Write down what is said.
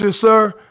sir